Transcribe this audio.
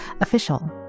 official